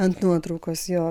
ant nuotraukos jo